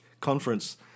conference